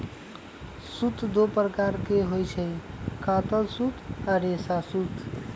सूत दो प्रकार के होई छई, कातल सूत आ रेशा सूत